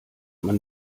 man